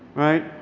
right?